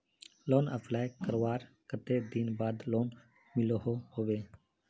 Loan apply करवार कते दिन बाद लोन मिलोहो होबे?